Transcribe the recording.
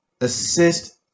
assist